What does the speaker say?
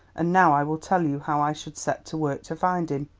and now i will tell you how i should set to work to find him.